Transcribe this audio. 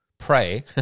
Pray